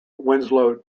winslow